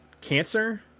cancer